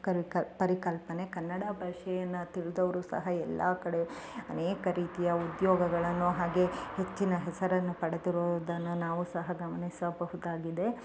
ಕಲಿ ಕಲಿ ಪರಿಕಲ್ಪನೆ ಕನ್ನಡ ಭಾಷೆಯನ್ನ ತಿಳಿದವ್ರು ಸಹ ಎಲ್ಲ ಕಡೆ ಅನೇಕ ರೀತಿಯ ಉದ್ಯೋಗಗಳನ್ನು ಹಾಗೆ ಹೆಚ್ಚಿನ ಹೆಸರನ್ನು ಪಡೆದಿರೋದನ್ನು ನಾವು ಸಹ ಗಮನಿಸಬಹುದಾಗಿದೆ